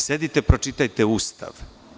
Sedite, pročitajte Ustav.